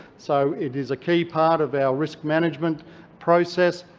so it is a key part of our risk management process.